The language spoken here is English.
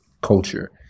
culture